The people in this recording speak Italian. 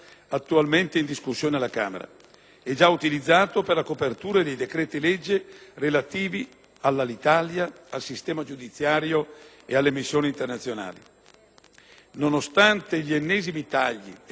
e già utilizzato per la copertura dei decreti-legge relativi all'Alitalia, al sistema giudiziario e alle missioni internazionali. Nonostante gli ennesimi tagli e la mancata realizzazione del Piano casa,